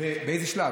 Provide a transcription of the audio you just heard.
באיזה שלב?